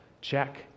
Check